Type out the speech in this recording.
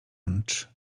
lunch